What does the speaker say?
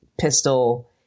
pistol